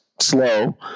slow